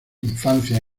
infancia